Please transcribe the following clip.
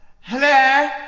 Hello